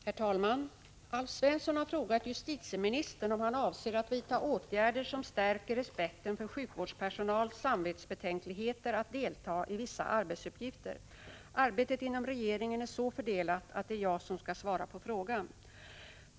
Herr talman! Alf Svensson har frågat justitieministern om han avser att vidta åtgärder som stärker respekten för sjukvårdspersonals samvetsbetänkligheter att delta i vissa arbetsuppgifter. Arbetet inom regeringen är så fördelat att det är jag som skall svara på frågan.